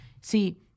See